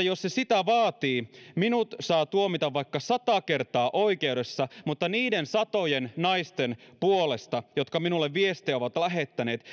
jos se sitä vaatii minut saa tuomita vaikka sata kertaa oikeudessa mutta niiden satojen naisten puolesta jotka minulle viestejä ovat lähettäneet